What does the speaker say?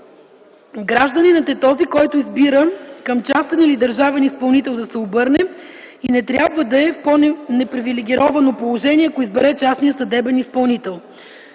Гражданинът е този, който избира към частен или държавен изпълнител да се обърне и не трябва да е в по-непривилегировано положение, ако избере частния съдебен изпълнител.